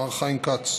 מר חיים כץ.